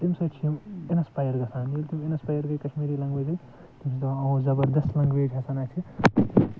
امہ سۭتۍ چھِ یِم اِنَسپایَر گَژھان ییٚلہِ تِم اِنَسپایَر گے کَشمیٖری لَنٛگویج سۭتۍ تِم چھِ دَپان او زَبَردَس لنگویج ہَسا نہ چھِ